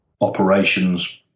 operations